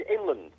inland